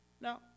Now